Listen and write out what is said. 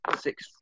six